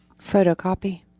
Photocopy